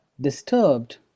disturbed